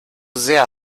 sehr